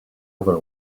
other